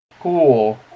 Cool